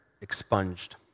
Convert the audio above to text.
expunged